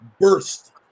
burst